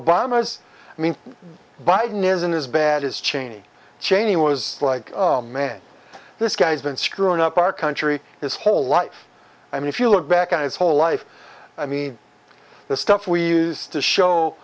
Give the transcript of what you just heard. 's i mean biden isn't as bad as cheney cheney was like oh man this guy's been screwing up our country his whole life i mean if you look back at his whole life i mean the stuff we used to show